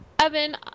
Evan